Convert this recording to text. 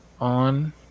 on